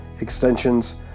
extensions